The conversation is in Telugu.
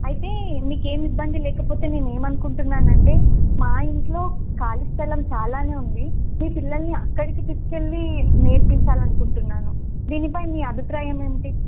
అయితే మీకేమి ఇబ్బంది లేకపోతే నేనే ఏమనుకుంటున్నానంటే మా ఇంట్లో ఖాళీ స్థలం చాలానే ఉంది మీ పిల్లల్ని అక్కడికి తీసుకెళ్ళి నేర్పించాలనుకుంటున్నాను దీనిపై మీ అభిప్రాయం ఏమిటి